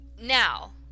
Now